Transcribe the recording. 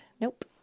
nope